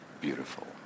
beautiful